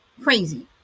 crazy